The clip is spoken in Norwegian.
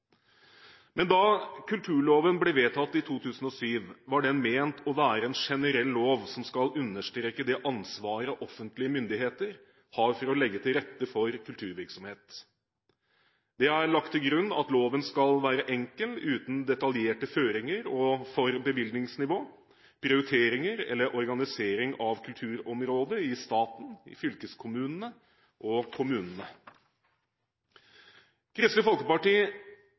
Da kulturloven ble vedtatt i 2007, var den ment å være en generell lov som skal understreke det ansvaret offentlige myndigheter har for å legge til rette for kulturvirksomhet. Det er lagt til grunn at loven skal være enkel uten detaljerte føringer for bevilgningsnivå, prioriteringer eller organisering av kulturområdet i staten, i fylkeskommunene og kommunene. Kristelig Folkeparti